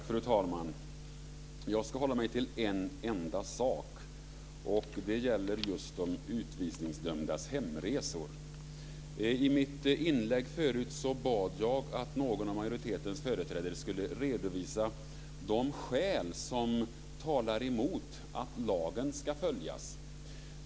Fru talman! Jag ska hålla mig till en enda sak. Det gäller de utvisningsdömdas hemresor. I mitt inlägg bad jag att någon av majoritetens företrädare skulle redovisa de skäl som talar emot att lagen ska följas.